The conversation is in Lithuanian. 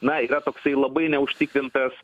na yra toksai labai neužtikrintas